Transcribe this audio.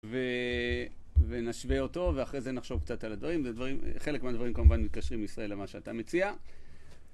ונשווה אותו, ואחרי זה נחשוב קצת על הדברים. חלק מהדברים, כמובן, מתקשרים לישראל, למה שאתה מציע.